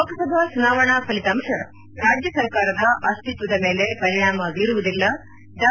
ಲೋಕಸಭಾ ಚುನಾವಣಾ ಫಲಿತಾಂಶ ರಾಜ್ಗಸರ್ಕಾರದ ಅಸ್ಟಿತ್ವದ ಮೇಲೆ ಪರಿಣಾಮ ಬೀರುವುದಿಲ್ಲ ಡಾ